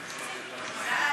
לא,